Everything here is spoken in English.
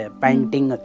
painting